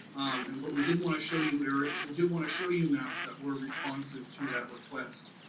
and but we didn't wanna show you where, we did wanna show you maps that were responsive to that request.